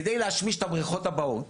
כדי להשמיש את הבריכות הבאות.